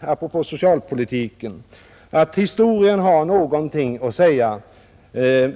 Apropå socialpolitiken menade herr Karlsson att historien har någonting att säga.